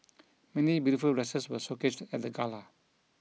many beautiful dresses were showcased at the gala